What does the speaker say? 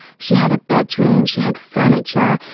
she had a bedroom, she had furniture,